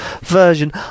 version